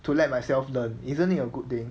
to let myself learn isn't it a good thing